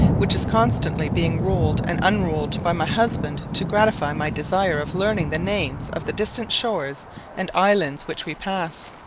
which is constantly being rolled and unrolled by my husband to gratify my desire of learning the names of the distant shores and islands which we pass.